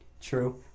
True